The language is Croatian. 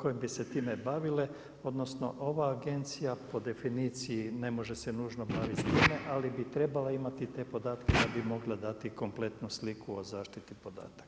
koje bi se time bavile, odnosno, ova Agencija po definiciji ne može se nužno baviti s time, ali bi trebala imati te podatke da bi mogla dati kompletnu sliku o zaštiti podataka.